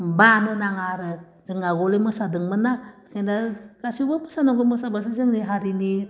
बानो नाङा आरो जों आवगोलो मोसादोंमोन ना इदिनो गासिबो मोसानांगौ मोसाबासो जोंनि हारिनि